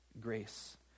grace